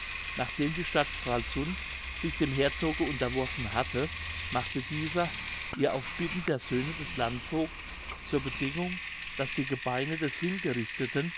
nachdem die stadt stralsund sich dem herzoge unterworfen hatte machte dieser ihr auf bitten der söhne des landvogts zur bedingung daß die gebeine des hingerichteten